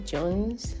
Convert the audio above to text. Jones